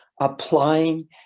applying